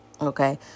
Okay